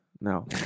no